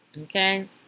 Okay